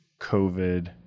COVID